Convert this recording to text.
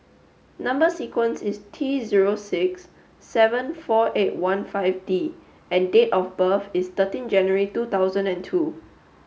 number sequence is T zero six seven four eight one five D and date of birth is thirteen January two thousand and two